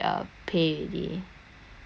then they increase our basic